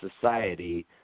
society